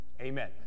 Amen